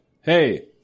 Hey